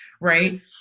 right